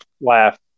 laugh